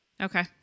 Okay